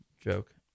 joke